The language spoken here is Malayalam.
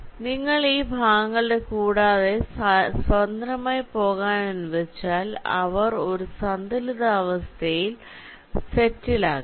അതിനാൽ നിങ്ങൾ ഈ ഭാഗങ്ങളുടെ കൂടാതെ സ്വതന്ത്രമായി പോകാൻ അനുവദിച്ചാൽ അവർ ഒരു സന്തുലിതാവസ്ഥയിൽ സെറ്റിൽ ആകും